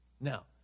Now